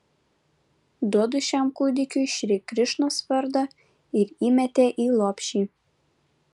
duodu šiam kūdikiui šri krišnos vardą ir įmetė į lopšį